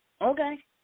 Okay